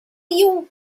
you